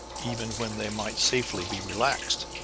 even when they might safely be relaxed.